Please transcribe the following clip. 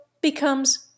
becomes